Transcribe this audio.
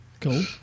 Cool